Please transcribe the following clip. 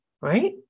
right